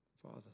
Father